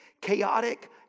chaotic